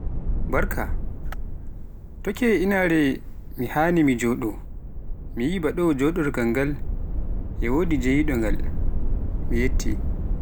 Barka, toye ke inaare nde mo joɗo, miyi ba ɗo joɗorngal ngal e wodi jeeyiɗo ngal, miyetti.